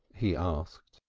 he asked.